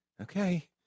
Okay